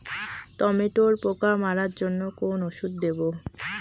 টমেটোর পোকা মারার জন্য কোন ওষুধ দেব?